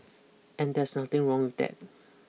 and there's nothing wrong with that